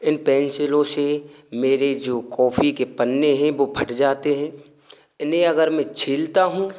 इन पेंसिलों से मेरी जो कॉफ़ी के पन्ने हें वह फट जाते हैं इन्हें अगर मैं छीलता हूँ